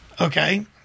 Okay